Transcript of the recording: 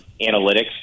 analytics